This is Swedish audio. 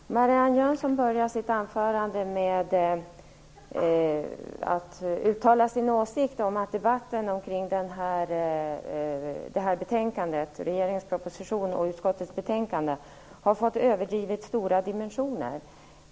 Fru talman! Marianne Jönsson började sitt anförande med att uttala sin åsikt om att debatten om regeringens proposition och utskottets betänkande har fått överdrivet stora dimensioner.